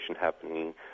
happening